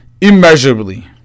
immeasurably